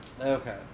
Okay